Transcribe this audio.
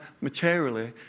materially